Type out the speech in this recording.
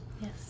Yes